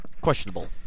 questionable